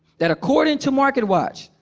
that according to marketwatch,